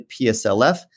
PSLF